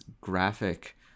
graphic